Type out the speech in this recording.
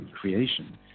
creation